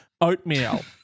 Oatmeal